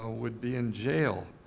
ah would be in jail.